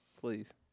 Please